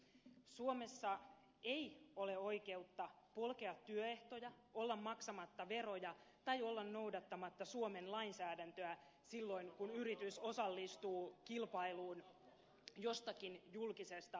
suomessa ei ole oikeutta polkea työehtoja olla maksamatta veroja tai olla noudattamatta suomen lainsäädäntöä silloin kun yritys osallistuu kilpailuun jostakin julkisesta urakasta